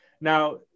Now